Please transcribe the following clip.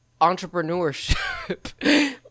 entrepreneurship